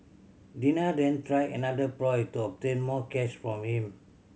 Dina then tried another ploy to obtain more cash from him